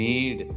Need